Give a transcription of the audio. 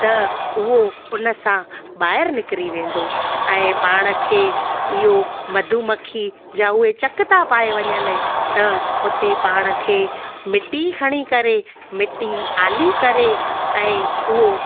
त उहो उन सां ॿाहिरि निकिरी वेंदो ऐं पाण खे इहो मधुमक्खी जा उहे चक था पए वञनि त उते पाण खे मिटी खणी करे मिटी आली करे ऐं उहो